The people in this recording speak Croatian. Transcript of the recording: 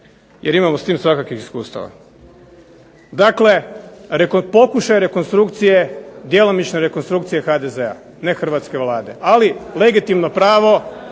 jer imamo s tim svakakvih iskustava. Dakle pokušaj rekonstrukcije, djelomične rekonstrukcije HDZ-a, ne hrvatske Vlade, ali legitimno pravo